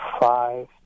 five